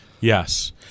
yes